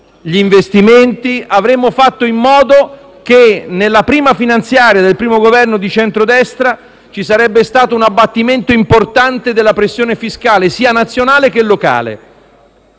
gli investimenti, che avremmo fatto in modo che nella prima finanziaria del primo Governo di centrodestra ci sarebbe stato un abbattimento importante della pressione fiscale, sia nazionale che locale.